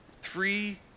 Three